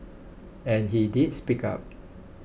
and he did speak up